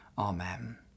Amen